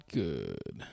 good